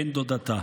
בן דודתה.